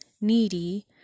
needy